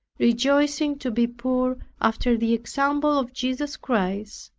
rejoicing to be poor after the example of jesus christ.